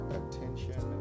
attention